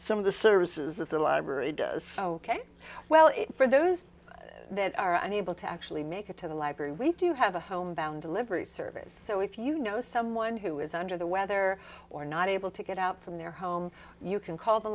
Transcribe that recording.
some of the services that the library does well for those that are unable to actually make it to the library we do have a homebound delivery service so if you know someone who is under the weather or not able to get out from their home you can call the